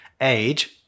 age